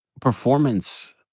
Performance